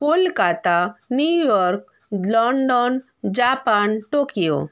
Kolkata New York London Japan Tokyo